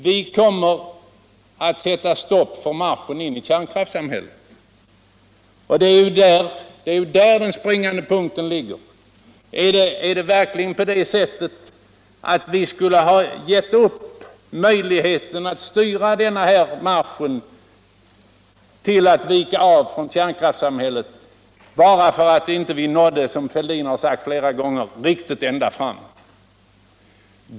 Vi kommer att sätta stopp för marschen in i kärnkraftssamhället. och det är ju den springande punkten. Skulle vi verkligen ha givit upp våra strävanden därvidlag bara därför att vi inte nådde, som Fiälldin har sagt flera gånger, rikugt ända fram?